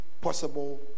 possible